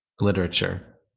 Literature